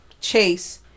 Chase